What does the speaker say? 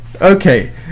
Okay